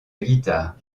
guitare